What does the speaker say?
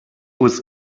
was